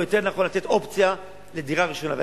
או יותר נכון לתת אופציה לדירה ראשונה,